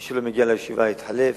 מי שלא מגיע לישיבה יתחלף,